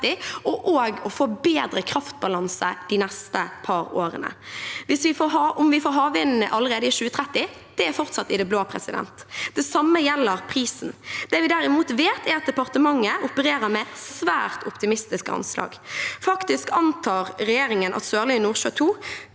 også å få bedre kraftbalanse de neste par årene. Om vi får havvind allerede i 2030, er fortsatt i det blå. Det samme gjelder prisen. Det vi derimot vet, er at departementet opererer med svært optimistiske anslag. Faktisk antar regjeringen at Sørlige Nordsjø